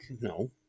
No